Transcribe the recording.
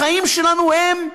החיים שלנו הם,